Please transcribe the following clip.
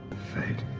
fate.